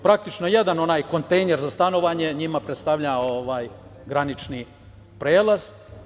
Praktično, jedan onaj kontejner za stanovanje njima predstavlja granični prelaz.